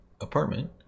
apartment